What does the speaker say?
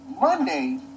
Monday